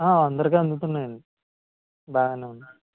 అందరికీ అందుతున్నాయి అండి బాగానే ఉన్నాయి